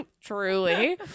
Truly